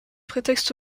prétexte